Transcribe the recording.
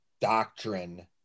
doctrine